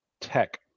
tech